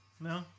No